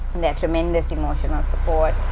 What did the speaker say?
their tremendous emotional support,